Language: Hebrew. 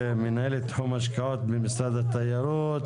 מנהלת תחום השקעות ממשרד התיירות.